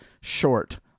short